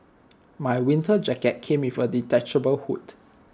my winter jacket came with A detachable hood